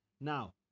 Now